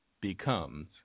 becomes